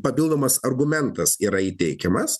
papildomas argumentas yra įteikiamas